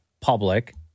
public